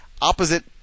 opposite